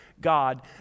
God